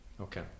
Okay